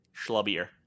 Schlubbier